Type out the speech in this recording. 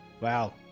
wow